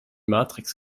matrix